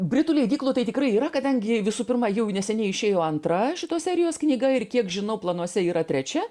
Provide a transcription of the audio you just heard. britų leidyklų tai tikrai yra kadangi visų pirma jau neseniai išėjo antra šitos serijos knyga ir kiek žinau planuose yra trečia